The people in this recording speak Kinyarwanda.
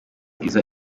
iza